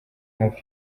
hafi